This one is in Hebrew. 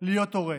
להיות הורה.